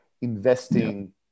investing